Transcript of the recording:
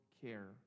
care